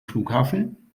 flughafen